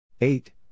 Eight